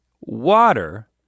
water